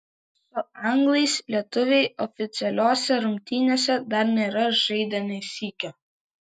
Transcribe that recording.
su anglais lietuviai oficialiose rungtynėse dar nėra žaidę nė sykio